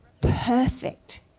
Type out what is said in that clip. perfect